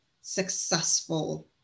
successful